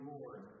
Lord